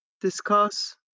discuss